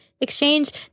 exchange